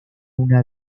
una